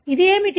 ఇది ఏమిటి